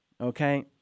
Okay